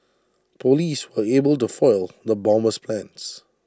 Police were able to foil the bomber's plans